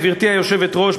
גברתי היושבת-ראש,